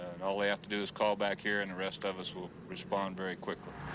and all they have to do is call back here and the rest of us will respond very quickly.